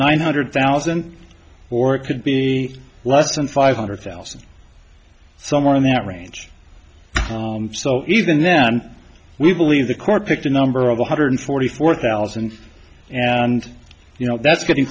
nine hundred thousand or it could be less than five hundred thousand somewhere in that range so even then we believe the court picked a number of one hundred forty four thousand and you know that's getting